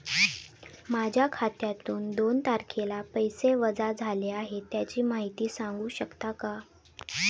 माझ्या खात्यातून दोन तारखेला पैसे वजा झाले आहेत त्याची माहिती सांगू शकता का?